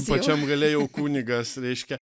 pačiam gale jau kunigas reiškia